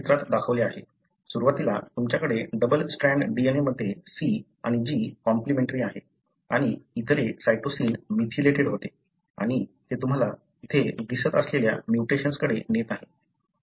सुरुवातीला तुमच्याकडे double strand DNA मध्ये C आणि G कॉम्प्लिमेंट्री आहे आणि इथले सायटोसिन मिथिलेटेड होते आणि ते तुम्हाला येथे दिसत असलेल्या म्यूटेशनकडे नेत आहे येथे T